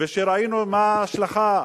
וכשראינו מה ההשלכה,